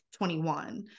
21